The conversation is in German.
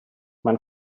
man